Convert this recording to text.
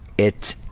it,